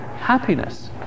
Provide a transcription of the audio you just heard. happiness